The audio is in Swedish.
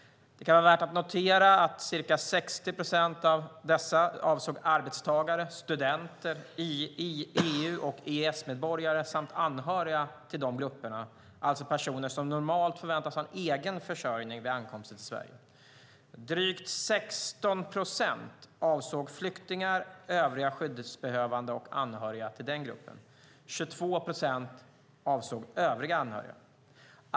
Det kan vara värt att notera att ca 60 procent av dessa avsåg arbetstagare, studenter och EU/EES-medborgare samt anhöriga till dessa, alltså personer som normalt förväntas ha egen försörjning vid ankomsten till Sverige. Drygt 16 procent avsåg flyktingar, övriga skyddsbehövande och anhöriga till dessa. 22 procent avsåg övriga anhöriga.